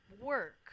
work